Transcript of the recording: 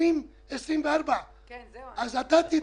לשנים 2020 2024. תדייק.